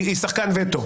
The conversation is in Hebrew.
היא שחקן וטו.